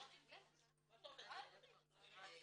יחד איתי